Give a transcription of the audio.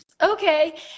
okay